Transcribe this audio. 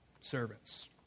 servants